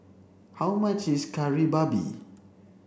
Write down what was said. how much is Kari Babi